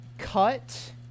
Cut